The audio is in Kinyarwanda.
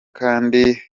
kandi